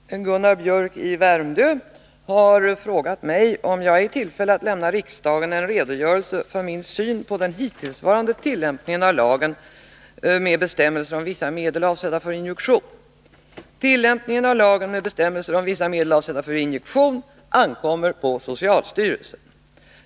Herr talman! Gunnar Biörck i Värmdö har frågat mig om jag är i tillfälle att lämna riksdagen en redogörelse för min syn på den hittillsvarande tillämpningen av lagen med bestämmelser om vissa medel avsedda för injektion. Tillämpningen av lagen med bestämmelser om vissa medel avsedda för injektion ankommer på socialstyrelsen.